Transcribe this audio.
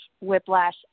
whiplash